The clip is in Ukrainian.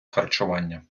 харчування